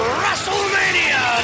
WrestleMania